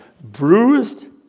bruised